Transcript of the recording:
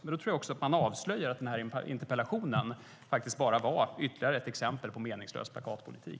Men då tror jag att man avslöjar att den här interpellationen faktiskt bara var ytterligare ett exempel på meningslös plakatpolitik.